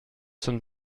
sommes